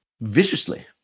viciously